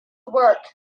work